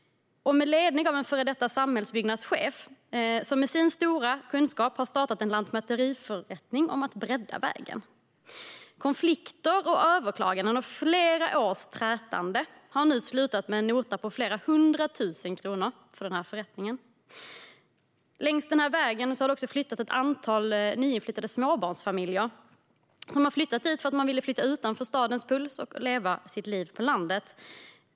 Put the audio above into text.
Föreningen leds av en före detta samhällsbyggnadschef som med stora kunskap har initierat en lantmäteriförrättning om att bredda vägen. Konflikter, överklaganden och flera års trätande har nu slutat med en nota på flera hundra tusen kronor för förrättningen. Längs vägen har det flyttat in ett antal småbarnsfamiljer. De har flyttat dit därför att de vill bo utanför stadens puls och leva sitt liv på landet.